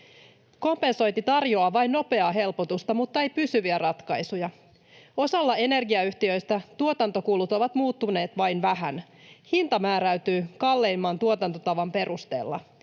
Kompensointi tarjoaa vain nopeaa helpotusta, mutta ei pysyviä ratkaisuja. Osalla energiayhtiöistä tuotantokulut ovat muuttuneet vain vähän. Hinta määräytyy kalleimman tuotantotavan perusteella.